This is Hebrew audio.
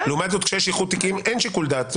לעומת זאת כשיש איחוד תיקים אין שיקול דעת,